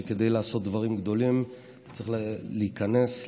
אני חושב שכל מי שנמצא פה מבין שכדי לעשות דברים גדולים צריך להיכנס,